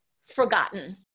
forgotten